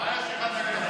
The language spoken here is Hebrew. מה יש לך נגד לוין?